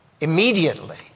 immediately